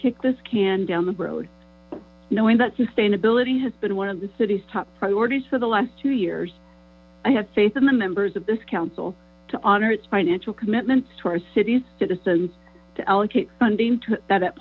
kick this can down the road knowing that sustainability has been one of the city's top priorities for the last two years i have faith in the members of this council to honor financial commitments to our city's citizens to allocate funding that